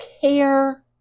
care